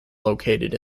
located